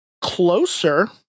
Closer